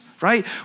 right